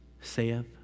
saith